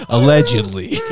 Allegedly